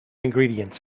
ingredients